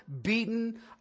beaten